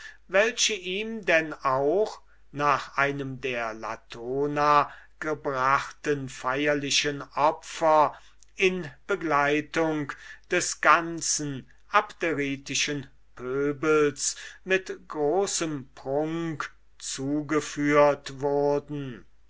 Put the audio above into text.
welche ihm denn auch nach einem der latona gebrachten feierlichen opfer in begleitung des ganzen abderitischen pöbels mit großer feierlichkeit zugeführet wurden